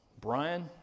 Brian